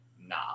nah